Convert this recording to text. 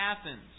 Athens